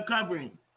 covering